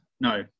No